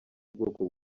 bwoko